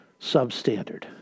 substandard